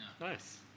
Nice